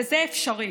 וזה אפשרי.